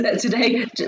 today